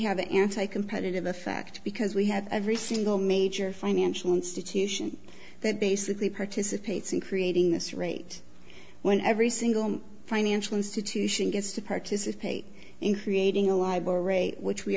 have the anti competitive effect because we have every single major financial institution that basically participates in creating this rate when every single financial institution gets to participate in creating a libel rate which we